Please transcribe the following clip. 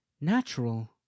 natural